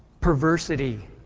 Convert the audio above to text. perversity